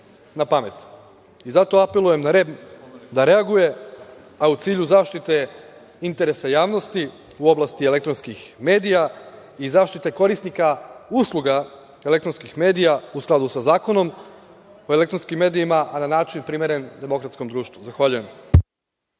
Zato apelujem na REM da reaguje, a u cilju zaštite interesa javnosti u oblasti elektronskih medija i zaštite korisnika usluga elektronskih medija u skladu sa Zakonom o elektronskim medijima, a na način primeren demokratskom društvu. Zahvaljujem.